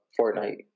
Fortnite